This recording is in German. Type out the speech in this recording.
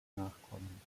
nachkommen